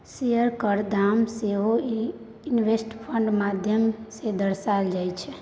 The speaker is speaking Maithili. शेयरक दाम सेहो इक्विटी फंडक माध्यम सँ दर्शाओल जाइत छै